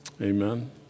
Amen